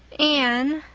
anne,